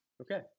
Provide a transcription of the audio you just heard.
Okay